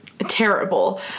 terrible